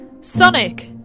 Sonic